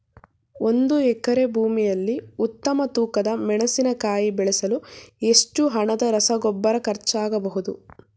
ಒಂದು ಎಕರೆ ಭೂಮಿಯಲ್ಲಿ ಉತ್ತಮ ತೂಕದ ಮೆಣಸಿನಕಾಯಿ ಬೆಳೆಸಲು ಎಷ್ಟು ಹಣದ ರಸಗೊಬ್ಬರ ಖರ್ಚಾಗಬಹುದು?